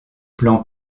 plan